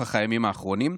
לנוכח הימים האחרונים,